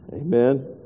Amen